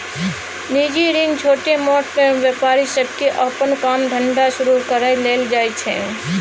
निजी ऋण छोटमोट व्यापारी सबके अप्पन काम धंधा शुरू करइ लेल लेल जाइ छै